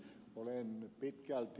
olen kyllä pitkälti ed